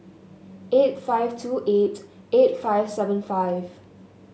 eight five two eight eight five seven five